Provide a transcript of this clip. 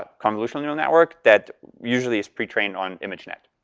ah convolutional network that usually is trained on imagenet.